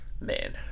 man